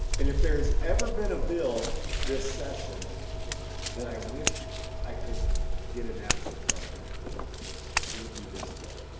and if there's ever been a bill this session that i wish i could get an answer from him for it would be this bill